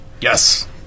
Yes